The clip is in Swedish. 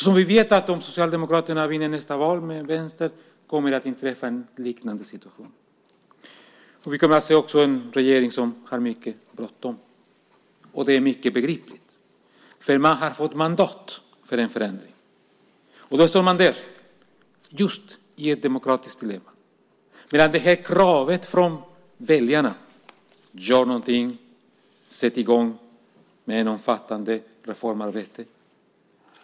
Så vi vet att om Socialdemokraterna vinner nästa val tillsammans med Vänstern kommer det att inträffa en liknande situation. Vi kommer också då att få se en regering som har mycket bråttom, och det är mycket begripligt. För man har fått ett mandat för en förändring. Och då står man där just i ett demokratiskt dilemma. För det är klart att kravet från väljarna - gör någonting, sätt i gång med ett omfattande reformarbete!